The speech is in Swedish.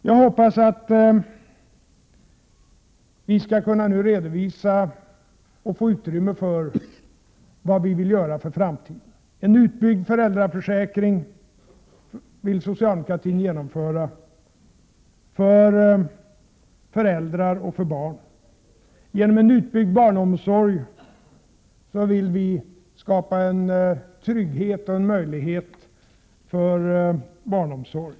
Jag hoppas att vi nu skall kunna få utrymme för att redovisa vad vi vill göra för framtiden. En utbyggd föräldraförsäkring vill socialdemokratin genomfö ra för föräldrar och för barn. Genom en utbyggd barnomsorg vill vi skapa en trygghet för och en möjlighet till sådan omsorg.